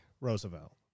Roosevelt